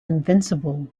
invincible